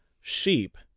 sheep